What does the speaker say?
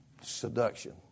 Seduction